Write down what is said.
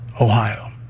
Ohio